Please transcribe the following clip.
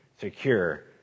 secure